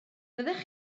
fyddech